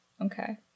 okay